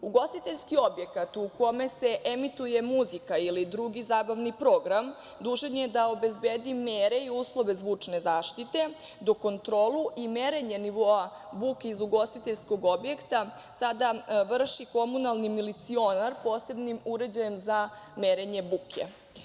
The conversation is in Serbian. Ugostiteljski objekat u kome se emituje muzika ili drugi zabavni program dužan je da obezbedi mere i uslove zvučne zaštite, dok kontrolu i merenje nivoa buke iz ugostiteljskog objekta sada vrši komunalni milicionar posebnim uređajem za merenje buke.